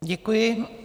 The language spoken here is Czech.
Děkuji.